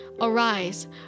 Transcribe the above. Arise